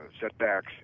setbacks